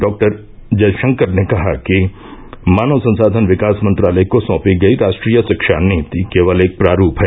डॉ जय शंकर ने कहा कि मानव संसाधन विकास मंत्रालय को सौंपी गई राष्ट्रीय शिक्षा नीति केवल एक प्रारूप है